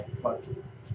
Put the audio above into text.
plus